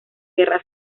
guerra